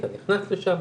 אתה נכנס לשם,